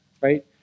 right